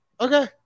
Okay